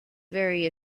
very